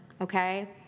Okay